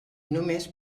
només